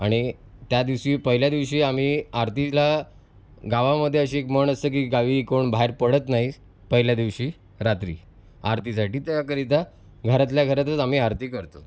आणि त्या दिवशी पहिल्या दिवशी आम्ही आरतीला गावामध्ये अशी एक म्हण असते की गावी कोण बाहेर पडत नाहीत पहिल्या दिवशी रात्री आरतीसाठी त्याकरिता घरातल्या घरातच आम्ही आरती करतो